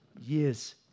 years